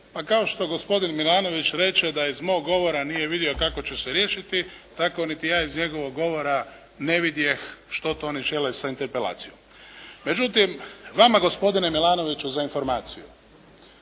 Kao što gospodin Milanović reče da iz mog govora nije vidio kako će se riješiti, tako niti ja iz njegovog govora ne vidjeh što to oni žele sa interpelacijom. Međutim, vama gospodine Milanoviću za informaciju